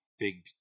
big